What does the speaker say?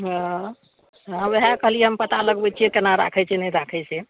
हँ वएह कहलिए हम पता लगबै छिए कोना राखै छै नहि राखै छै